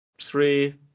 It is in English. three